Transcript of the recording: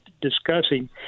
discussing